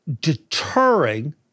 deterring